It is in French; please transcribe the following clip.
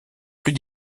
plus